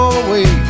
away